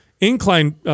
incline